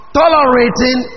tolerating